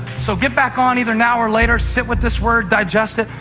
so get back on either now or later. sit with this word. digest it.